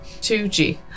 2G